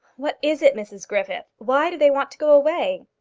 what is it mrs griffith? why do they want to go away?